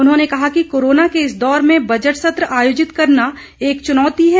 उन्होंने कहा कि कोरोना के इस दौर में बजट सत्र आयोजित करना एक चुनौती है